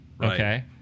Okay